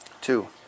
Two